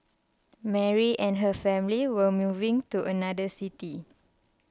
Mary and her family were moving to another city